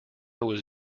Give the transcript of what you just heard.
was